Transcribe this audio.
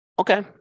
Okay